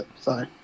Sorry